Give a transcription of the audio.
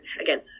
again